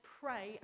pray